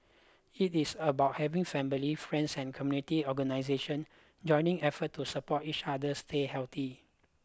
it is about having family friends and community organisation joining efforts to support each other stay healthy